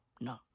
no